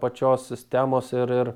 pačios sistemos ir ir